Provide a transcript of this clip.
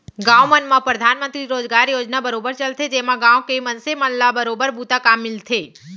गाँव मन म परधानमंतरी रोजगार योजना बरोबर चलथे जेमा गाँव के मनसे ल बरोबर बूता काम मिलथे